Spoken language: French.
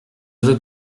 veux